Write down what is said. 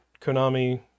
Konami